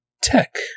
tech